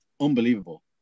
unbelievable